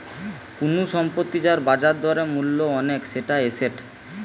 কুনু সম্পত্তি যার বাজার দরে মূল্য অনেক সেটা এসেট